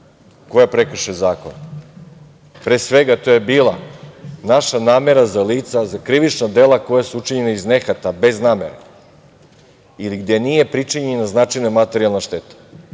koja prekrše zakon. Pre svega, to je bila naša namera za lica, a za krivična dela koja su učinjena iz nehata, bez namere, ili gde nije pričinjena značajna materijalna šteta.